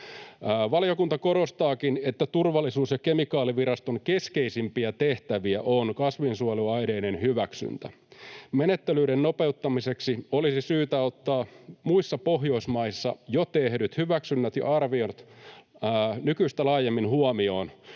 Valiokunta korostaakin, että Turvallisuus- ja kemikaaliviraston keskeisimpiä tehtäviä on kasvinsuojeluaineiden hyväksyntä. Menettelyiden nopeuttamiseksi olisi syytä ottaa muissa Pohjoismaissa jo tehdyt hyväksynnät ja arviot nykyistä laajemmin huomioon,